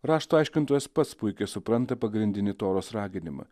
rašto aiškintojas pats puikiai supranta pagrindinį toros raginimą